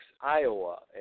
Iowa